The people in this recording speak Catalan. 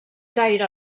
gaire